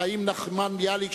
חיים נחמן ביאליק,